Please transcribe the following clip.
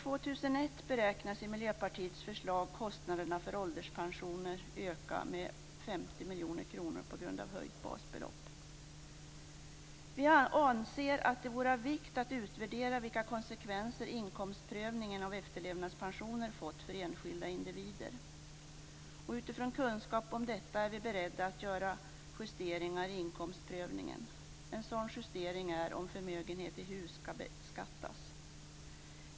Vi anser att det vore av vikt att utvärdera vilka konsekvenser inkomstprövningen av efterlevandepensioner fått för enskilda individer. Utifrån kunskap om detta är vi beredda att göra justeringar i inkomstprövningen. En sådan justering är om förmögenhet i hus skall beskattas.